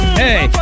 hey